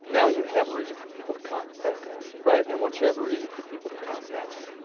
now you have a reason for people to come. fantastic. right, and once you have a reason for people to come. gotcha,